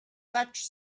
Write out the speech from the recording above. such